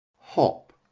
Hop